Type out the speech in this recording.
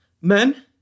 Men